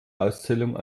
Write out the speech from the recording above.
auszählung